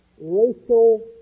racial